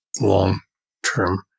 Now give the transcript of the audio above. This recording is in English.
long-term